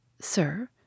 Sir